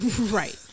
Right